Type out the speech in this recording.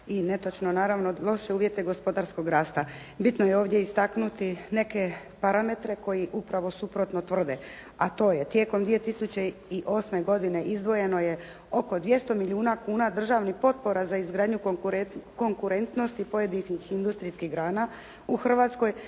i netočno naravno loše uvjete gospodarskog rasta. Bitno je ovdje istaknuti neke parametre koji upravo suprotno tvrde. A to je, tijekom 2008. godine izdvojeno je oko 200 milijuna kuna državnih potpora za izgradnju konkurentnosti pojedinih industrijskih grana u Hrvatskoj.